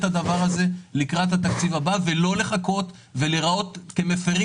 הדבר הזה לקראת התקציב הבא ולא לחכות ולהיראות כמפרים